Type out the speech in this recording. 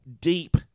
deep